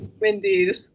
indeed